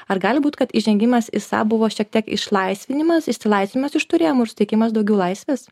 ar gali būt kad įžengimas į sap buvo šiek tiek išlaisvinimas išsilaisvinimas iš tų rėmų ir suteikimas daugiau laisvės